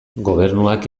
gobernuak